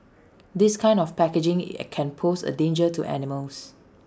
this kind of packaging can pose A danger to animals